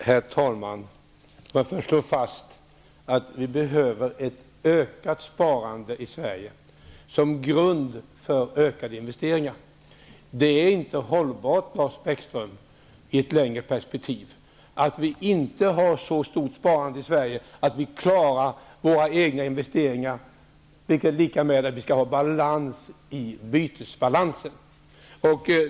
Herr talman! Får jag först slå fast att vi behöver ett ökat sparande i Sverige som grund för ökade investeringar. Det är i ett längre perspektiv inte hållbart, Lars Bäckström, att vi inte har ett så stort sparande i Sverige att vi klarar våra egna investeringar, vilket är detsamma som att vi skall ha balans i bytesbalansen.